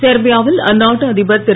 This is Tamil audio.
செர்பியாவில் அந்நாட்டு அதிபர் திரு